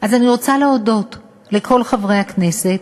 אני רוצה להודות לכל חברי הכנסת,